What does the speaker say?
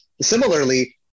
similarly